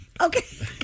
Okay